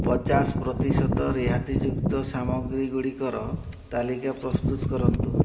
ପଚାଶ ପ୍ରତିଶଦ ରିହାତିଯୁକ୍ତ ସାମଗ୍ରୀଗୁଡ଼ିକର ତାଲିକା ପ୍ରସ୍ତୁତ କରନ୍ତୁ